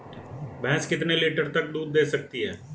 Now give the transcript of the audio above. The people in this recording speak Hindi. भैंस कितने लीटर तक दूध दे सकती है?